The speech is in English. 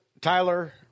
Tyler